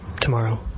tomorrow